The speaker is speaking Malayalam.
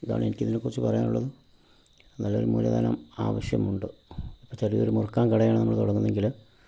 ഇതാണ് എനിക്ക് ഇതിനെക്കുറിച്ച് പറയാനുള്ളത് നല്ലൊരു മൂലധനം ആവശ്യമുണ്ട് ചെറിയൊരു മുറുക്കാൻ കടയാണ് നമ്മൾ തുടങ്ങുന്നതെങ്കിലും